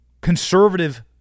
conservative